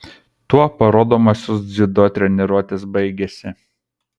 tuo parodomosios dziudo treniruotės baigėsi